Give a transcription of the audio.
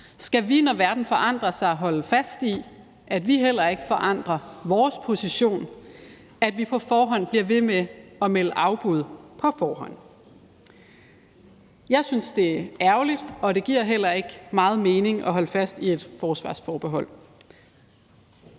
Skal vi, når verden forandrer sig, holde fast i, at vi ikke forandrer vores position, at vi bliver ved med at melde afbud på forhånd? Jeg synes, det er ærgerligt, og det giver heller ikke meget mening at holde fast i et forsvarsforbehold.